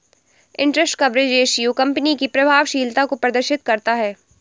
interest coverage ratio company की प्रभावशीलता को प्रदर्शित करता है